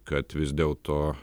kad vis dėl to